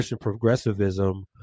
progressivism